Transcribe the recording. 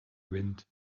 wind